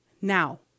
Now